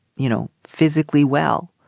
you know, physically well.